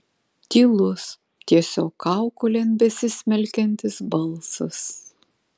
tylus tiesiog kaukolėn besismelkiantis balsas